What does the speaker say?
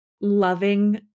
loving